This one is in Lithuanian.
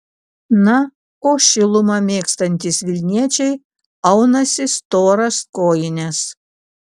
na o šilumą mėgstantys vilniečiai aunasi storas kojines